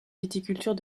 viticulture